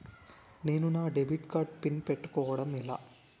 నేను నా debit card pin పెట్టుకోవడం ఎలా?